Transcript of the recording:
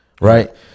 right